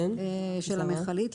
של המכלית,